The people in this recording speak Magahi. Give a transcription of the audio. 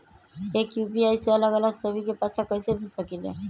एक यू.पी.आई से अलग अलग सभी के पैसा कईसे भेज सकीले?